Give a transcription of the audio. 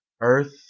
Earth